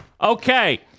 Okay